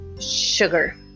sugar